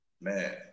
Man